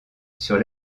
sur